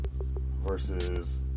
Versus